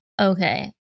Okay